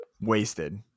Wasted